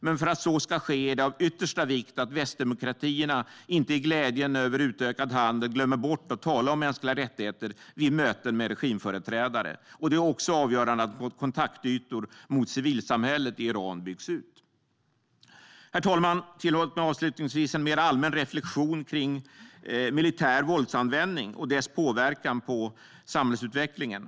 Men för att så ska ske är det av yttersta vikt att västdemokratierna inte i glädjen över utökad handel glömmer bort att tala om mänskliga rättigheter vid möten med regimföreträdare. Det är också avgörande att kontaktytor mot civilsamhället i Iran byggs ut. Herr talman! Tillåt mig avslutningsvis ge en mer allmän reflektion över militär våldsanvändning och dess påverkan på samhällsutvecklingen.